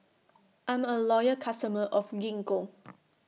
I'm A Loyal customer of Gingko